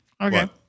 Okay